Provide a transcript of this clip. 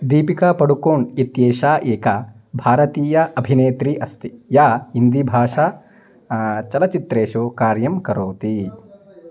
दीपिकापडुकोण् इत्येषा एका भारतीय अभिनेत्री अस्ति या हिन्दीभाषा चलचित्रेषु कार्यं करोति